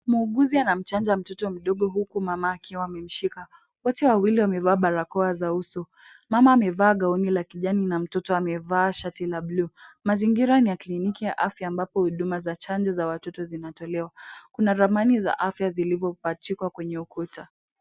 Muuguzi anamchanja mtoto mdogo huku mamake wamemshika. Wote wawili wamevaa barakoa za uso. Mama amevaa gauni la kijani na mtoto amevaa shati la buluu. Mazingira ni ya kliniki ya afya, ambapo huduma za chanjo za watoto zinatolewa. Kuna ramani za afya zilizopachikwa kwenye ukuta.